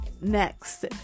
Next